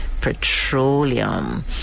Petroleum